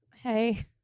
Hey